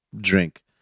drink